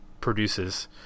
produces